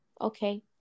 Okay